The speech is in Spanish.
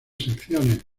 secciones